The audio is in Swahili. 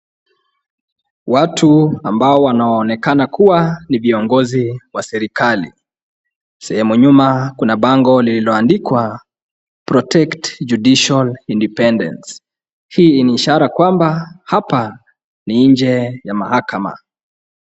Watu ambao wanaonekana kuwa ni viongozi wa serikali. Sehemu ya nyuma kuna bango lililoandikwa [c]Protect Judicial independence[c] hii ni ishara kwamba hapa ni nje ya mahakama.